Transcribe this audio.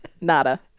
Nada